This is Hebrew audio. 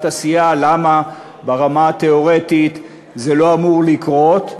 הסיעה למה ברמה התיאורטית זה לא אמור לקרות.